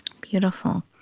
Beautiful